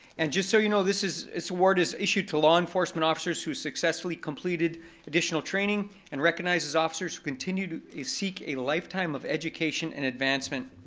and just so you know this is, this award is issued to law enforcement officers who successfully completed additional training, and recognizes officers who continue to seek a lifetime of education and advancement.